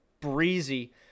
Breezy